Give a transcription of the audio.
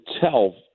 tell